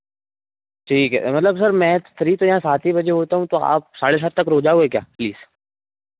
ठीक है मतलब सर मैं फ्री तो यहाँ सात ही बजे होता हूँ तो आप साढ़े सात तक रुक जाओगे क्या प्लीज़